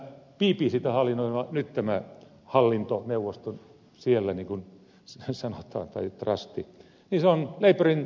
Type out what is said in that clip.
voin varmuudella sanoa että tämä bbctä nyt hallinnoiva hallintoneuvosto tai trusti on labourin puoluetoimistossa tehty